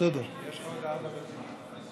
לך עוד ארבע דקות.